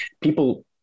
people